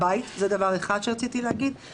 אני רק אומרת שלא נוכל להעסיק עובדים מהבית.